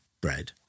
bread